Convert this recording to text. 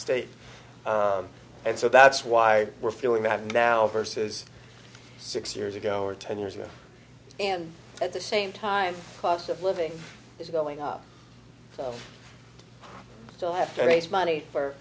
state and so that's why we're feeling that now versus six years ago or ten years ago and at the same time cost of living is going up so i have to raise money for